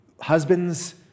husbands